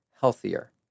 healthier